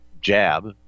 jab